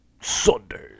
Sunday